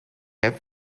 have